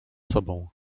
sobą